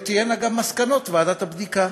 אלו תהיינה גם מסקנות ועדת הבדיקה.